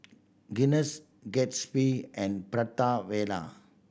Guinness Gatsby and Prata Wala